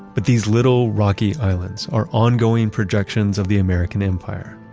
but these little rocky islands are ongoing projections of the american empire.